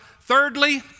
Thirdly